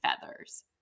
feathers